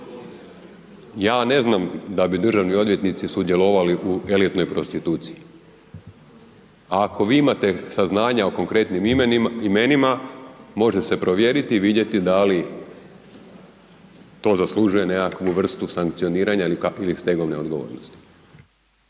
Ja ne znam da bi državni odvjetnici sudjelovali u elitnoj prostituciji, a ako vi imate saznanja o konkretnim imenima, može se provjeriti i vidjeti da li to zaslužuje nekakvu vrstu sankcioniranja ili stegovne odgovornosti.